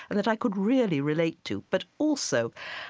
and that i could really relate to. but also,